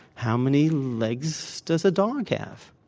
how many legs does a dog have?